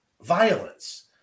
violence